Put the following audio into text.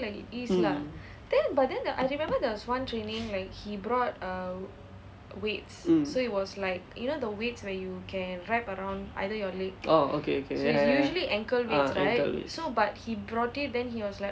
mm mm orh okay okay ya ya ah ankle weights